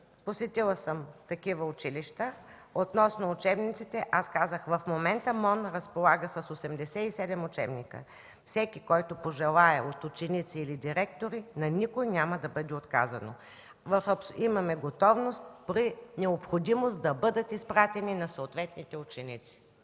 Посетила съм такива училища. Относно учебниците аз казах: в момента Министерство на образованието и науката разполага с 87 учебника. Всеки, който пожелае – от ученици или директори, на никой няма да бъде отказано. Имаме готовност при необходимост да бъдат изпратени на съответните ученици.